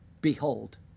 behold